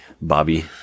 Bobby